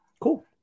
Cool